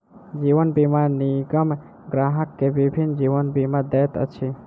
जीवन बीमा निगम ग्राहक के विभिन्न जीवन बीमा दैत अछि